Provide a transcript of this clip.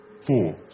Four